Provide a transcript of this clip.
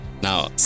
Now